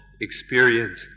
experience